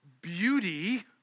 beauty